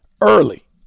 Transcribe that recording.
early